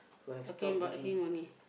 talking about him only